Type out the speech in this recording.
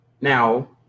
now